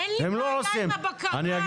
אין לי בעיה עם הבקרה.